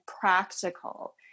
practical